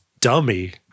dummy